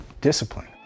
discipline